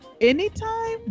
Anytime